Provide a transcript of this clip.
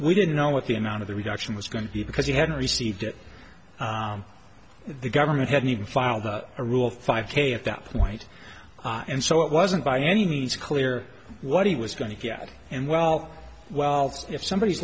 we didn't know what the amount of the reduction was going to be because you hadn't received it the government hadn't even filed a rule five k at that point and so it wasn't by any means clear what he was going to get and well well if somebody